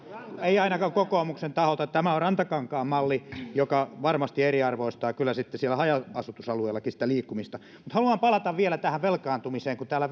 ei ainakaan kokoomuksen taholta tämä on rantakankaan malli joka varmasti eriarvoistaa kyllä sitten siellä haja asutusalueillakin sitä liikkumista mutta haluan palata vielä tähän velkaantumiseen kun täällä